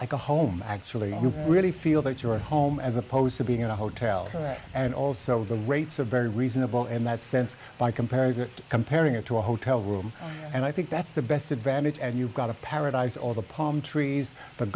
like a home actually really feel that your home as opposed to being in a hotel room and also the rates are very reasonable in that sense by comparing comparing it to a hotel room and i think that's the best advantage and you've got a paradise all the palm trees but